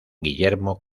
guillermo